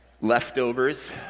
leftovers